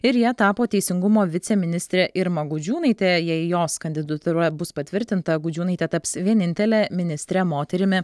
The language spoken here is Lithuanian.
ir ja tapo teisingumo viceministrė irma gudžiūnaitė jei jos kandidatūra bus patvirtinta gudžiūnaitė taps vienintele ministre moterimi